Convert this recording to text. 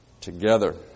together